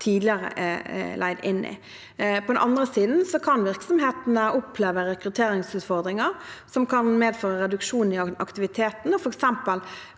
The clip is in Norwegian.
tidligere ble leid inn i. På den andre siden kan virksomhetene oppleve rekrutteringsutfordringer, noe som kan medføre reduksjon i aktiviteten, f.eks.